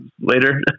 later